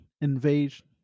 invasion